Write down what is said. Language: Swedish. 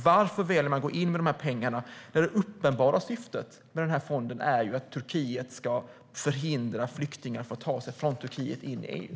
Varför väljer man att gå in med de pengarna när det uppenbara syftet med fonden är att Turkiet ska förhindra flyktingar att ta sig från Turkiet in i EU?